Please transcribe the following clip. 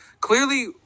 Clearly